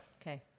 Okay